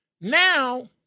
now